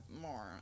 more